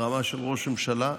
ברמה של ראש ממשלה.